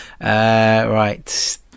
Right